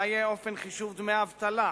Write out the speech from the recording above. מה יהיה אופן חישוב דמי האבטלה?